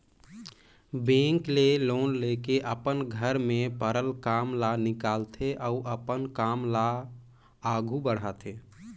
bank ले loan लेके अपन घर में परल काम ल निकालथे अउ अपन काम ल आघु बढ़ाथे